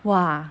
!wah!